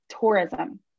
tourism